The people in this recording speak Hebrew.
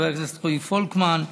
חבר הכנסת רועי פולקמן,